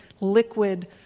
liquid